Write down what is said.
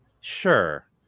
sure